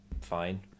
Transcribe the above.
fine